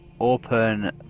open